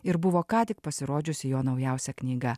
ir buvo ką tik pasirodžiusi jo naujausia knyga